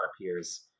appears